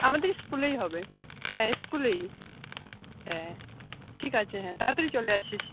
আমাদের স্কুলেই হবে হ্যাঁ স্কুলেই হ্যাঁ ঠিক আছে হ্যাঁ তাড়াতাড়ি চলে আসিস